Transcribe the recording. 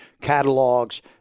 catalogs